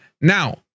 Now